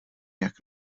jak